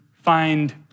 find